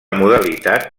modalitat